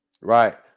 Right